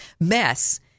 mess